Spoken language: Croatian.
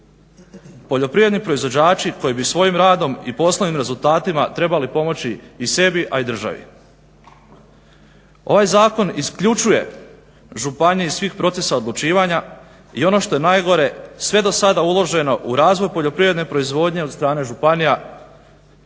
Poljoprivredni proizvođači koji bi svojim radom i poslovnim rezultatima trebali pomoći i sebi, a i državi. Ovaj zakon isključuje županiju iz svih procesa odlučivanja i ono što je najgore sve dosada uloženo u razvoj poljoprivredne proizvodnje od strane županija